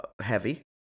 heavy